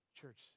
Church